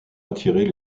attirer